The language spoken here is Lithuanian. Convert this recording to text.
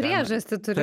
priežastį turi